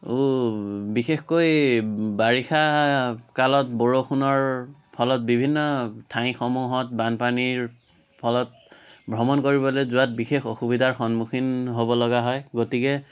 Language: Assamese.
বিশেষকৈ বাৰিষা কালত বৰষুণৰ ফলত বিভিন্ন ঠাইসমূহত বানপানীৰ ফলত ভ্ৰমণ কৰিবলৈ যোৱাত বিশেষ অসুবিধাৰ সন্মুখীন হ'ব লগা হয় গতিকে